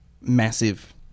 massive